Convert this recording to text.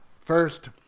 First